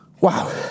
Wow